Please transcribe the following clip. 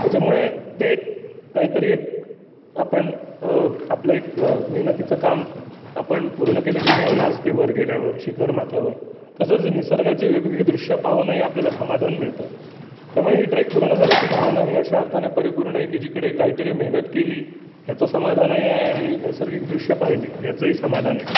याच्यामुळे ते काहीतरी एक आपण आपलं एक मेहनतीचं काम आपण पूर्ण केल्याची भावना असते वर गेल्यावर शिखरमाथ्यावर तसंच ही निसर्गाची वेगवेगळी दृश्य पाहूनहीआपल्याला समाधान मिळतं त्यामुळे ही ट्रेक पूर्ण झाल्याची भावना ही अशा अर्थाने परिपूर्ण आहे की जिकडे काहीतरी मेहनत केली याचं समाधानही आहे आणि नैसर्गिक दृश्य पाहिली याचंही समाधान आहे